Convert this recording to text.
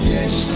Yes